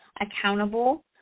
accountable